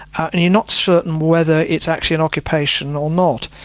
and you're not certain whether it's actually an occupation or not.